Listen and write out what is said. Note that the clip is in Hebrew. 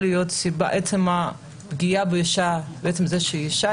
אבל פגיעה באישה על עצם זה שהיא אישה,